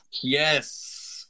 Yes